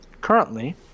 currently